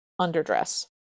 underdress